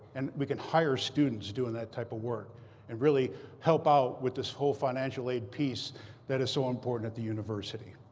and we can hire students doing that type of work and really help out with this whole financial aid piece that is so important at the university.